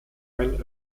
einen